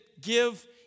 give